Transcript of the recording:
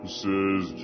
says